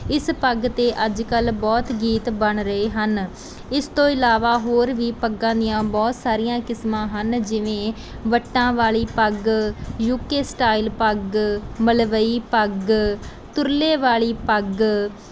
ਇਸ ਪੱਗ 'ਤੇ ਅੱਜ ਕੱਲ੍ਹ ਬਹੁਤ ਗੀਤ ਬਣ ਰਹੇ ਹਨ ਇਸ ਤੋਂ ਇਲਾਵਾ ਹੋਰ ਵੀ ਪੱਗਾਂ ਦੀਆਂ ਬਹੁਤ ਸਾਰੀਆਂ ਕਿਸਮਾਂ ਹਨ ਜਿਵੇਂ ਵੱਟਾਂ ਵਾਲੀ ਪੱਗ ਯੂ ਕੇ ਸਟਾਈਲ ਪੱਗ ਮਲਵਈ ਪੱਗ ਤੁਰਲੇ ਵਾਲੀ ਪੱਗ